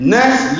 Next